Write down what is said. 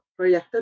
Proyecto